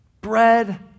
bread